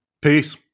Peace